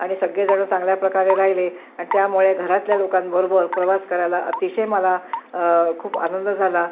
आणि सगळेजण चांगल्या प्रकारे राहिले आणि त्यामुळे घरातल्या लोकांबरोबर प्रवास करायला अतिशय मला खूप आनंद झाला